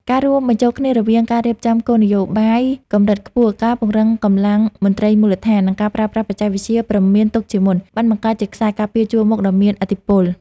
ការរួមបញ្ចូលគ្នារវាងការរៀបចំគោលនយោបាយកម្រិតខ្ពស់ ការពង្រឹងកម្លាំងមន្ត្រីមូលដ្ឋាន និងការប្រើប្រាស់បច្ចេកវិទ្យាព្រមានទុកជាមុន បានបង្កើតជាខ្សែការពារជួរមុខដ៏មានឥទ្ធិពល។